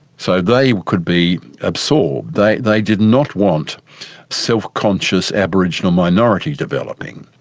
so they could be absorbed. they they did not want self-conscious aboriginal minority developing.